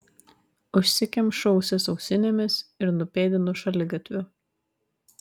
užsikemšu ausis ausinėmis ir nupėdinu šaligatviu